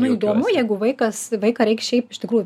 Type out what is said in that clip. nu įdomu jeigu vaikas vaiką reik šiaip iš tikrųjų